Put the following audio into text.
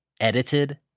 edited